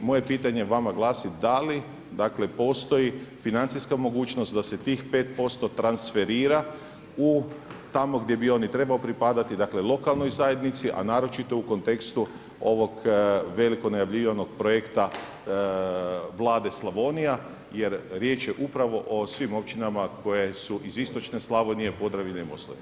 I moje pitanje vama glasi da li, dakle postoji financijska mogućnost da se tih 5% transferira tamo gdje bi on i trebao pripadati, dakle lokalnoj zajednici a naročito u kontekstu, ovog veliko najavljivanog projekta Vlade Slavonija, jer riječ je upravo o svim općinama koje su iz istočne Slavonije, Podravine i Moslavine.